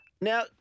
Now